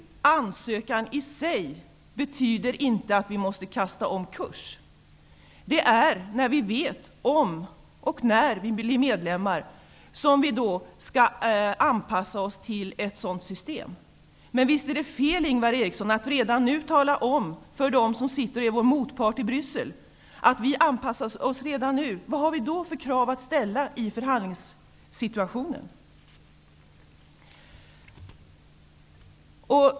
EG ansökan i sig innebär inte att vi måste lägga om kurs. Det är när vi vet om och när vi blir medlemmar som vi skall anpassa oss till ett sådant system. Visst är det fel, Ingvar Eriksson, att nu tala om för vår motpart i Bryssel att vi redan anpassar oss. Vad har vi då för krav att ställa i förhandlingssituationen?